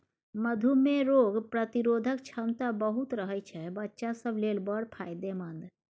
मधु मे रोग प्रतिरोधक क्षमता बहुत रहय छै बच्चा सब लेल बड़ फायदेमंद